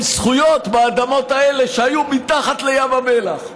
זכויות באדמות האלה שהיו מתחת לים המלח.